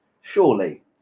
surely